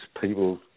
people